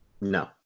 No